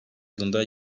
yılında